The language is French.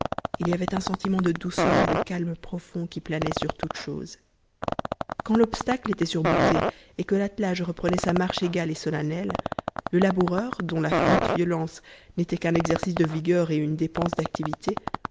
il y avait un sentiment de douceur et de calme profond qui planait sur toutes choses quand l'obstacle était surmonté et que l'attelage reprenait sa marche égale et solennelle le laboureur dont la feinte violence n'était qu'un exercice de vigueur et une dépense d'activité